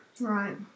Right